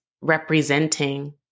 representing